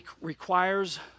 requires